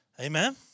Amen